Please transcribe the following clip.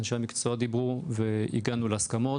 אנשי המקצוע דיברו והגענו להסכמות.